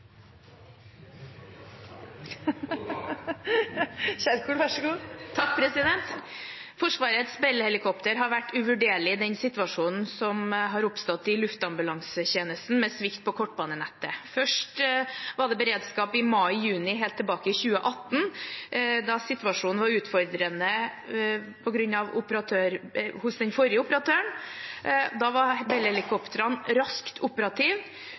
Forsvarets Bell-helikoptre har vært uvurderlige i den situasjonen som har oppstått i luftambulansetjenesten med svikt på kortbanenettet. Først var det beredskapen i mai/juni helt tilbake i 2018, da situasjonen var utfordrende for den forrige operatøren. Da var Bell-helikoptrene raskt operative.